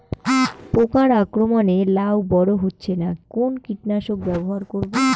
পোকার আক্রমণ এ লাউ বড় হচ্ছে না কোন কীটনাশক ব্যবহার করব?